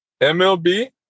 MLB